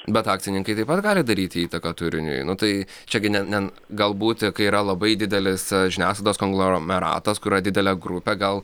bet akcininkai taip pat gali daryti įtaką turiniui nu tai čia gi ne ne galbūt kai yra labai didelis žiniasklaidos konglomeratas kur yra didelė grupė gal